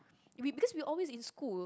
we because we always in school